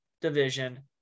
division